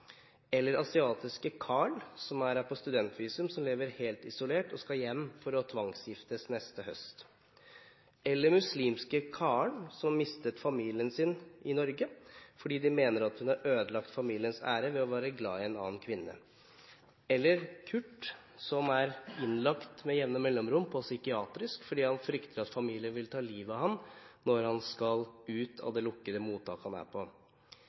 Eller asiatiske «Karl», som er her på studentvisum, og som lever helt isolert og skal hjem for å bli tvangsgiftet neste høst. Eller muslimske «Karen», som mistet familien sin i Norge fordi de mener hun har ødelagt familiens ære ved å være glad i en annen kvinne. Eller «Kurt», som med jevne mellomrom blir innlagt på psykiatrisk avdeling fordi han frykter at familien vil ta livet av ham når han skal ut av det lukkede mottaket han er på.